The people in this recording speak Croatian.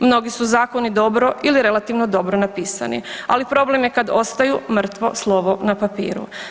Mnogi su zakoni dobro ili relativno dobro napisani, ali problem je kad ostaju mrtvo slovo na papiru.